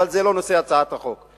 אבל זה לא נושא הצעת החוק.